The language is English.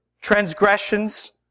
transgressions